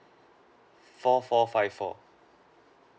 four four five four